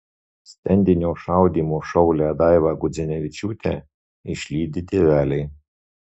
stendinio šaudymo šaulę daivą gudzinevičiūtę išlydi tėveliai